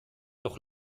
doch